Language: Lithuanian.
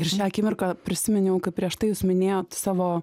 ir šią akimirką prisiminiau kaip prieš tai jūs minėjot savo